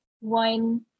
one